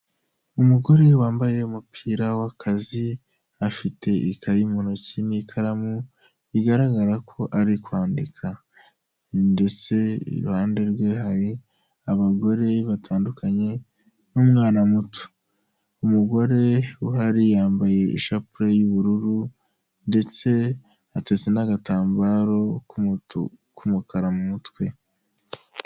Umugore wambaye umupira w'akazi, afite ikayi mu ntoki n'ikaramu bigaragara ko ari kwandika, ndetse iruhande rwe hari abagore batandukanye n'umwana muto. Umugore uhari yambaye ishapure y'ubururu ndetse ateze n'agatambaro k'umukara mu mutwe.